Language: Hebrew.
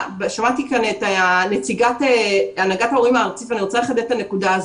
שמעתי כאן את נציגת הנהגת הורים ארצית ואני רוצה לחדד את הנקודה הזאת.